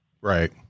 Right